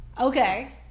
Okay